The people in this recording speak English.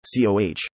COH